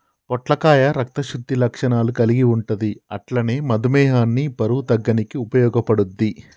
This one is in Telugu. పొట్లకాయ రక్త శుద్ధి లక్షణాలు కల్గి ఉంటది అట్లనే మధుమేహాన్ని బరువు తగ్గనీకి ఉపయోగపడుద్ధి